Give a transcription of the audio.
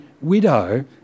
widow